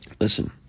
Listen